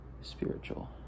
spiritual